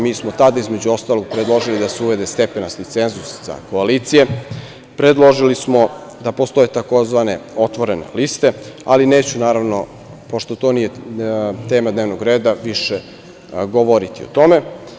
Mi smo tada između ostalog, predložili da se uvede stepenasti cenzus za koalicije, predložili smo da postoje tzv. otvorene liste, ali neću pošto to nije tema dnevnog reda, više govoriti o tome.